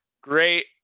great